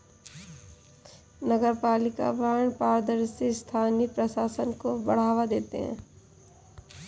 नगरपालिका बॉन्ड पारदर्शी स्थानीय प्रशासन को बढ़ावा देते हैं